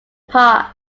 past